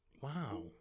wow